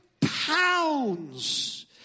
pounds